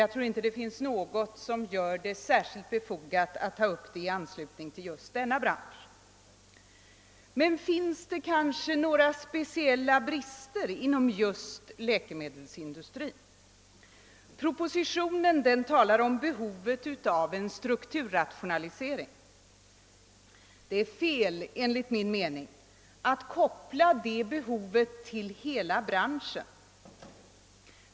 Jag tror därför inte att det är befogat att ta upp det i anslutning till denna industri. Men finns det kanske några speciella branscher inom just läkemedelsindustrin? Propositionen talar om behovet av en strukturrationalisering. Det är en ligt min mening felaktigt att koppla det behovet till hela branschen.